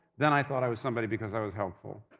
then i thought i was somebody because i was helpful.